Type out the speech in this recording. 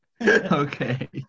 okay